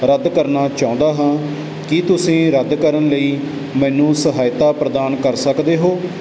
ਰੱਦ ਕਰਨਾ ਚਾਹੁੰਦਾ ਹਾਂ ਕੀ ਤੁਸੀਂ ਰੱਦ ਕਰਨ ਲਈ ਮੈਨੂੰ ਸਹਾਇਤਾ ਪ੍ਰਦਾਨ ਕਰ ਸਕਦੇ ਹੋ